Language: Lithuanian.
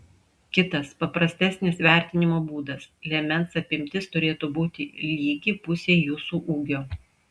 kitas paprastesnis vertinimo būdas liemens apimtis turėtų būti lygi pusei jūsų ūgio